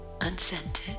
unscented